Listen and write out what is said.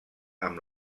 amb